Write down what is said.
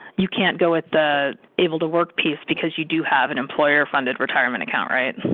you can't go with the able to work piece because you do have an employer funded retirement account, right?